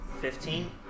Fifteen